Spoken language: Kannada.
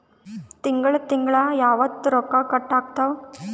ತಿಂಗಳ ತಿಂಗ್ಳ ಯಾವತ್ತ ರೊಕ್ಕ ಕಟ್ ಆಗ್ತಾವ?